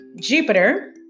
Jupiter